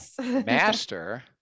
Master